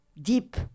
deep